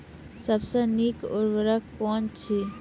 सबसे नीक उर्वरक कून अछि?